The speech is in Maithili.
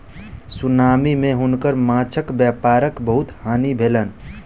सुनामी मे हुनकर माँछक व्यापारक बहुत हानि भेलैन